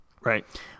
Right